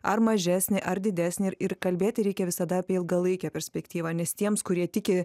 ar mažesnį ar didesnį ir ir kalbėti reikia visada apie ilgalaikę perspektyvą nes tiems kurie tiki